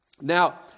Now